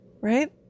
Right